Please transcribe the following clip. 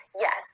yes